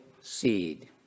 seed